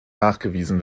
nachgewiesen